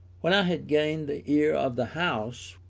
when i had gained the ear of the house,